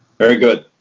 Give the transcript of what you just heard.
very good.